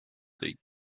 they